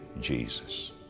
Jesus